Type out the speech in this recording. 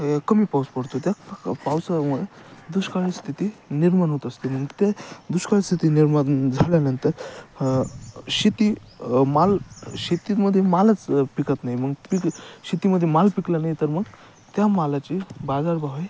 कमी पाऊस पडतो त्या पावसामुळे दुष्काळी स्थिती निर्माण होत असते मग त्या दुष्काळी स्थिती निर्माण झाल्यानंतर शेती माल शेतीतमध्ये मालच पिकत नाही मग पीक शेतीमध्ये माल पिकला नाही तर मग त्या मालाची बाजारभाव हे